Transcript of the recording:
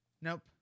Nope